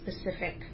specific